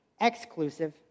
exclusive